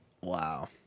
Wow